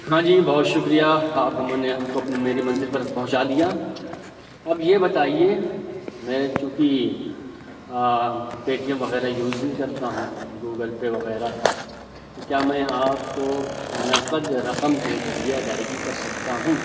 ہاں جی بہت شکریہ آپ ہم نے ہم کو میری منزل پر پہنچا دیا اب یہ بتائیے میں چوں کہ پے ٹی ایم وغیرہ یوز نہیں کرتا ہوں گوگل پے وغیرہ تو کیا میں آپ کو نقد رقم کے ذریعہ ادائیگی کر سکتا ہوں